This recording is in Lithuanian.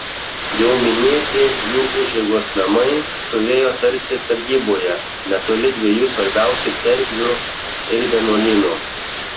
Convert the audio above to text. jau minėti jų užeigos namai stovėjo tarsi sargyboje netoli dviejų svarbiausių cerkvių ir vienuolynų